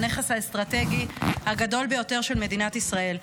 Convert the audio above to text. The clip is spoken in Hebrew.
הנכס האסטרטגי הגדול ביותר של מדינת ישראל.